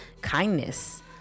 Kindness